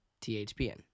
THPN